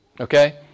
okay